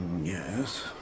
Yes